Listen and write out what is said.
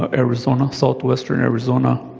ah arizona, southwestern arizona,